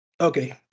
Okay